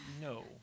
No